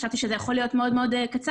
חשבתי שזה יכול להיות מאוד מאוד קצר,